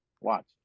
Watch